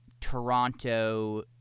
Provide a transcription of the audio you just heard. Toronto